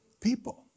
people